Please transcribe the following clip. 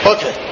Okay